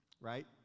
right